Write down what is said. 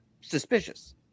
suspicious